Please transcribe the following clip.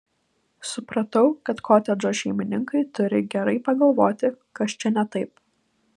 supratau kad kotedžo šeimininkai turi gerai pagalvoti kas čia ne taip